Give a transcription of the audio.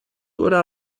oder